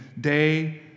day